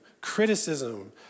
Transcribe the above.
criticism